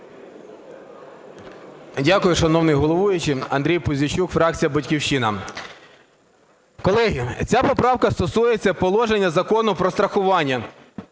Дякую, шановний головуючий. Андрій Пузійчук, фракція "Батьківщина". Колеги, ця поправка стосується положення Закону "Про страхування",